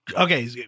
Okay